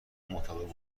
مطابق